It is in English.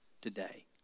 today